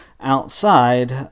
outside